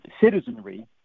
citizenry